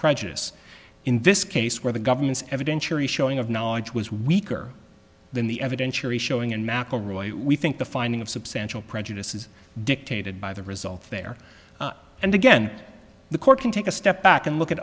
prejudice in this case where the government's evidentiary showing of knowledge was weaker than the evidentiary showing and mcelroy we think the finding of substantial prejudice is dictated by the result there and again the court can take a step back and look at